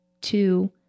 two